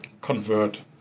convert